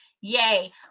Yay